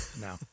No